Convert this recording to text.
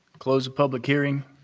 close the public hearing.